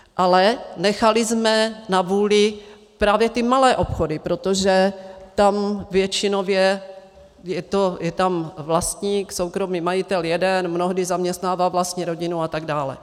Ale nechali jsme na vůli právě ty malé obchody, protože tam většinově je vlastník, soukromý majitel jeden, mnohdy zaměstnává vlastní rodinu atd.